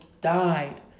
died